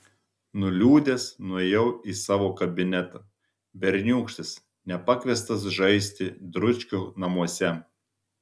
nuliūdęs nuėjau į savo kabinetą berniūkštis nepakviestas žaisti dručkio namuose